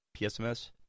PSMS